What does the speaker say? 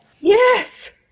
Yes